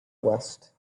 west